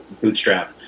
bootstrap